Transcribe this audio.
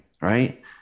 right